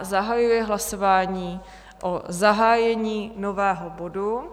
Zahajuji hlasování o zahájení nového bodu.